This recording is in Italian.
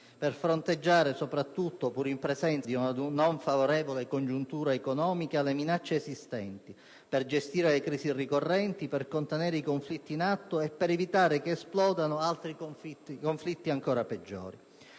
per fronteggiare le minacce esistenti, pur in presenza di una non favorevole congiuntura economica, per gestire le crisi ricorrenti, per contenere i conflitti in atto e per evitare che esplodano conflitti ancora peggiori.